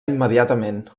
immediatament